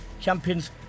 champions